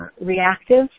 reactive